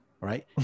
right